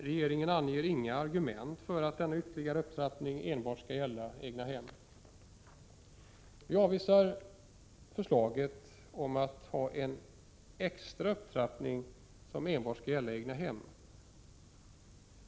Regeringen anför inga argument för att den ytterligare upptrappningen skall gälla enbart egnahem, Vi avvisar förslaget om en sådan här extra upptrappning som enbart skulle avse egnahem.